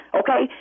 okay